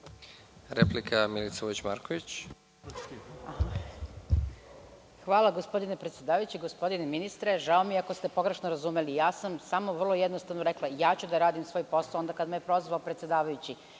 **Milica Vojić-Marković** Hvala gospodine predsedavajući. Gospodine ministre, žao mi je ako ste pogrešno razumeli. Samo sam vrlo jednostavno rekla, ja ću da radim svoj posao onda kada me je prozvao predsedavajući.